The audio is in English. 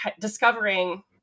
discovering